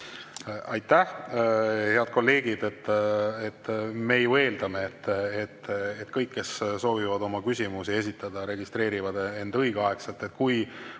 Aitäh! Head kolleegid! Me ju eeldame, et kõik, kes soovivad oma küsimusi esitada, registreerivad end õigeaegselt. Kui